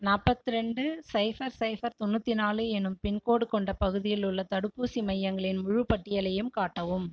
நாற்பத்தி ரெண்டு cipher cipher தொண்ணூற்றி நாலு எனும் பின்கோடு கொண்ட பகுதியில் உள்ள தடுப்பூசி மையங்களின் முழுப் பட்டியலையும் காட்டவும்